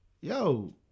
yo